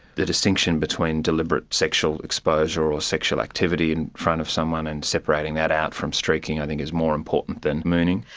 the distinction between deliberate sexual exposure or sexual activity in front of someone and separating that out from streaking i think is more important than mooning.